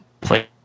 play